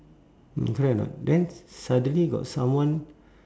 correct or not then suddenly got someone